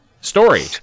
story